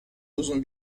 uzun